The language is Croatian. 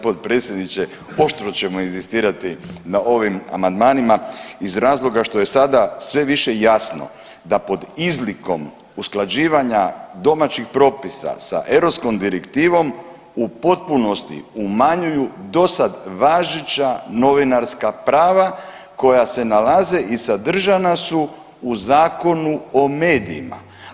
Poštovani potpredsjedniče oštro ćemo inzistirati na ovim amandmanima iz razloga što je sada sve više jasno da pod izlikom usklađivanja domaćih propisa sa europskom direktivom u potpunosti umanjuju dosada važeća novinarska prava koja se nalaze i sadržana su u Zakonu o medijima.